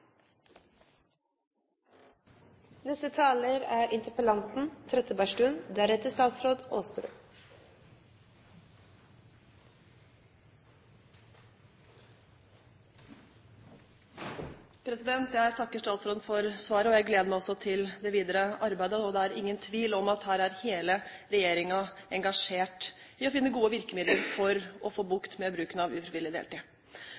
Jeg takker statsråden for svaret, og jeg gleder meg også til det videre arbeidet. Det er ingen tvil om at her er hele regjeringen engasjert i å finne gode virkemidler for å få bukt med bruken av ufrivillig deltid.